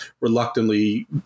reluctantly